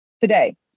today